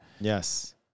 yes